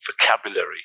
vocabulary